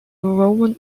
roman